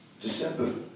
December